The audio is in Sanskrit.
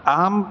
अहं